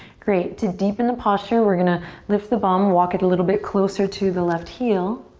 great, to deepen the posture we're gonna lift the bum, walk it a little bit closer to the left heel.